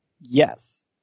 Yes